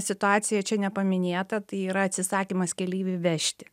situacija čia nepaminėta tai yra atsisakymas keleivį vežti